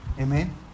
Amen